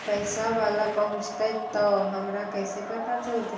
पैसा बाला पहूंचतै तौ हमरा कैसे पता चलतै?